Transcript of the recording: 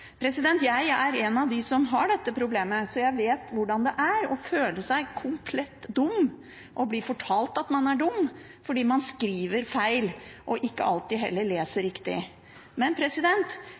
Jeg er en av dem som har dette problemet, så jeg vet hvordan det er å føle seg komplett dum og bli fortalt at man er dum, fordi man skriver feil og heller ikke alltid leser riktig. Men